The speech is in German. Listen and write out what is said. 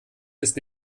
ist